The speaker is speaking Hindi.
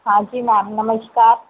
हाँ जी मैम नमस्कार